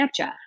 Snapchat